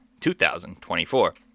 2024